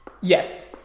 Yes